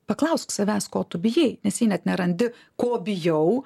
paklausk savęs ko tu bijai nes jei net nerandi ko bijau